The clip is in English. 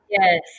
Yes